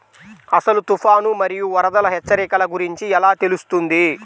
అసలు తుఫాను మరియు వరదల హెచ్చరికల గురించి ఎలా తెలుస్తుంది?